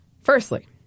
Firstly